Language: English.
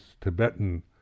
Tibetan